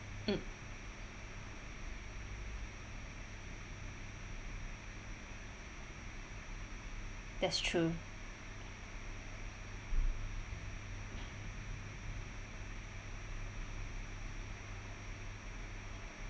mm that's true